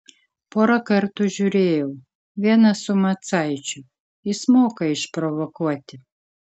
porą kartų žiūrėjau vieną su macaičiu jis moka išprovokuoti